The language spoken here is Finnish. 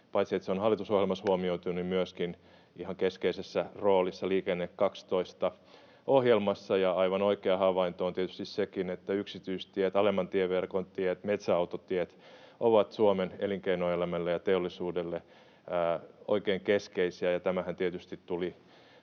paitsi että se on hallitusohjelmassa huomioitu, niin se on myöskin ihan keskeisessä roolissa Liikenne 12 ‑ohjelmassa. Aivan oikea havainto on tietysti sekin, että yksityistiet, alemman tieverkon tiet, metsäautotiet ovat Suomen elinkeinoelämälle ja teollisuudelle oikein keskeisiä, ja tämähän tietysti tuli